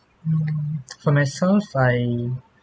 mm for myself I